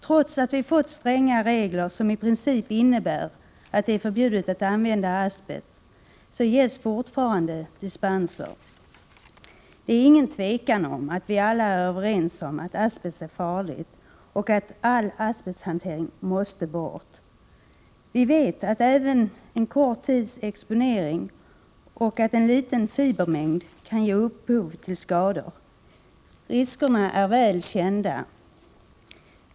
Trots att vi har fått stränga regler som innebär att det i princip är förbjudet att använda asbest ges fortfarande dispenser. Det är inget tvivel om att alla är överens om att asbest är farligt och att all asbesthantering måste upphöra. Vi vet att även en kort tids exponering och liten fibermängd kan ge upphov till skador. Riskerna är således väl kända.